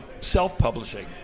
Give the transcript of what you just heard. self-publishing